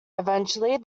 eventually